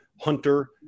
Hunter